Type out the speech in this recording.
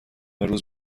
روز